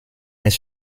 mais